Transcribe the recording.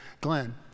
Glenn